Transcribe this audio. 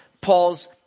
Paul's